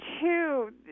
two